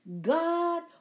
God